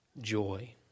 joy